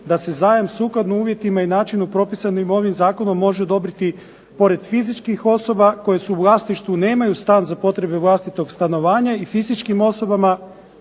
da se zajam sukladno uvjetima i načinu propisanim ovim zakonom može odobriti pored fizičkih osoba koje su u vlasništvu nemaju stan za potrebe vlastitog stanovanja i fizičkim osobama